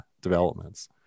developments